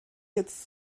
jetzt